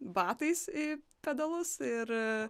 batais į pedalus ir